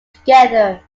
together